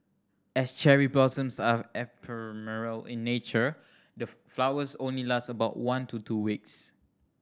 as cherry blossoms are ephemeral in nature the flowers only last about one to two weeks